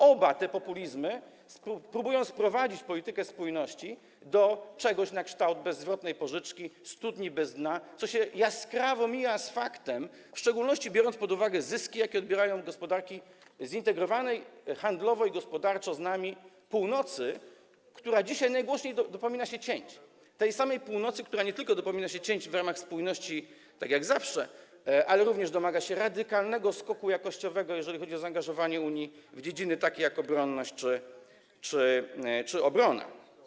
Oba te populizmy próbują sprowadzić politykę spójności do czegoś na kształt bezzwrotnej pożyczki, studni bez dna, co jaskrawo mija się z faktem, w szczególności biorąc pod uwagę zyski, jakie odbierają gospodarki handlowo i gospodarczo zintegrowanej z nami północy, która dzisiaj najgłośniej dopomina się cięć, tej samej północy, która nie tylko dopomina się cięć w ramach spójności, tak jak zawsze, ale również domaga się radykalnego skupu jakościowego, jeżeli chodzi o zaangażowanie Unii w takie dziedziny, jak obronność czy obrona.